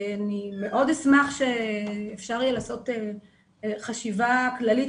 אשמח מאוד שאפשר יהיה לעשות חשיבה כללית.